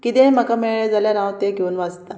किदेंय म्हाका मेळ्ळें जाल्यार हांव तें घेवन वाचता